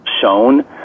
shown